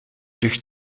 durch